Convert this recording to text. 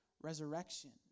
resurrection